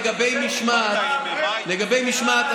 לגבי משמעת,